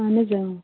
اَہن حظ